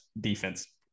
defense